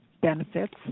benefits